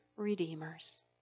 redeemers